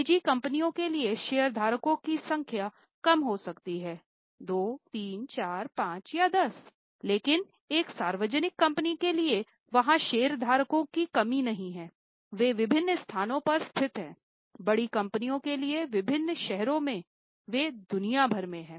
निजी कंपनी के लिए शेयरधारकों की संख्या कम हो सकती है 2 3 4 5 10 लेकिन एक सार्वजनिक कंपनी के लिए वहाँ शेयर धारकों की कमी नहीं है और वे विभिन्न स्थानों पर स्थित हैं बड़ी कंपनियों के लिए विभिन्न शहरों में वे दुनिया भर में हैं